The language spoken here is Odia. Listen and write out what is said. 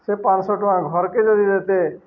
ସେ ପାଁଶହ ଟଙ୍କା ଘରକେ ଯଦି ଯେତେ